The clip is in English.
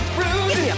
rude